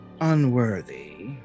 unworthy